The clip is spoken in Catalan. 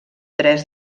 tres